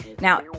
Now